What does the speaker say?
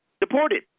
deported